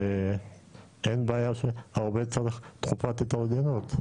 אין בעיה שהעובד צריך תקופת התארגנות,